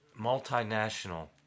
multinational